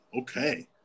Okay